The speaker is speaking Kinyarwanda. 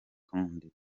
kandt